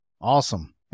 Awesome